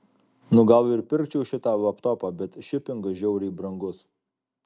nu gal ir pirkčiau šitą laptopą bet šipingas žiauriai brangus